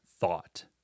thought